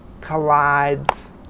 collides